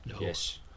Yes